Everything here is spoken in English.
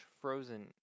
frozen